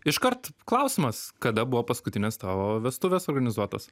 iškart klausimas kada buvo paskutinės tavo vestuvės organizuotos